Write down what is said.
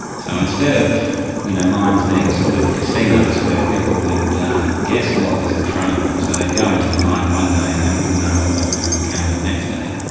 so instead of you know mines being sort of casinos where people would guess what was in front of them, so they'd go into the mine one day and they wouldn't know what they were going to encounter the next day.